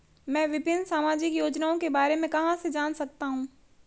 मैं विभिन्न सामाजिक योजनाओं के बारे में कहां से जान सकता हूं?